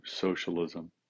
socialism